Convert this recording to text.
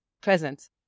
present